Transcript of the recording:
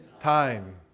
time